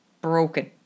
broken